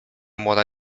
młoda